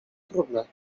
trudne